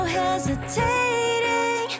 hesitating